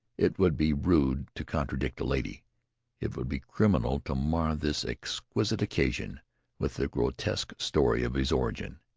it would be rude to contradict a lady it would be criminal to mar this exquisite occasion with the grotesque story of his origin.